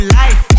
life